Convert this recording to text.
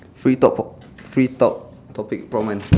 free talk oh free talk topic prompt